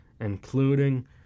including